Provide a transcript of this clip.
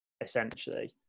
essentially